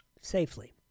safely